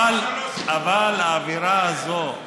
אבל האווירה הזאת,